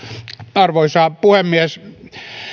arvoisa puhemies